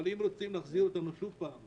אבל זו גם הדרך להחזיר אותנו שוב פעם